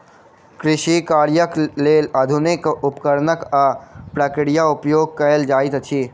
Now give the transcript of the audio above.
कृषि कार्यक लेल आधुनिक उपकरण आ प्रक्रिया उपयोग कयल जाइत अछि